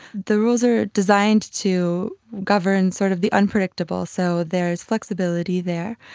the rules are designed to govern sort of the unpredictable, so there is flexibility there.